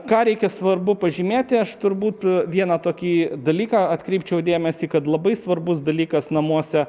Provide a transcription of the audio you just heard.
ką reikia svarbu pažymėti aš turbūt vieną tokį dalyką atkreipčiau dėmesį kad labai svarbus dalykas namuose